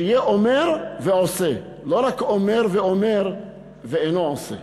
שיהיה אומר ועושה, לא רק אומר ואומר ואינו עושה.